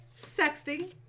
Sexting